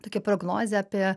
tokia prognoze apie